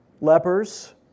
lepers